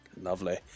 Lovely